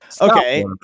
Okay